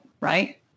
right